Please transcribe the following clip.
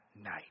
night